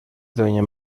doña